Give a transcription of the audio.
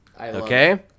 Okay